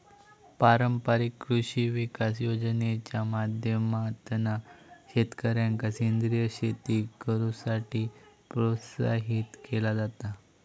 पारंपारिक कृषी विकास योजनेच्या माध्यमातना शेतकऱ्यांका सेंद्रीय शेती करुसाठी प्रोत्साहित केला जाता